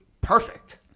perfect